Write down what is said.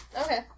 Okay